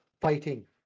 fighting